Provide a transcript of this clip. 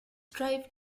drive